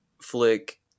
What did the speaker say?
flick